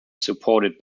supported